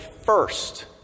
first